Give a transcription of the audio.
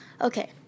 Okay